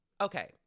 Okay